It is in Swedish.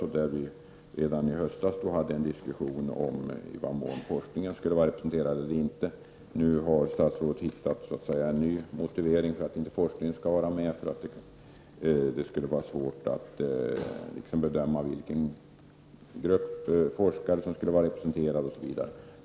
Vi hade redan i höstas en diskussion om i vad mån forskningen skulle vara representerad eller inte. Nu har statsrådet funnit en ny motivering till varför inte forskningen skall vara med. Det skulle vara svårt att bedöma vilken grupp av forskare som skulle vara representerad osv.